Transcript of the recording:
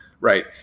Right